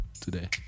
today